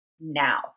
now